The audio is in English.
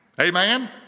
Amen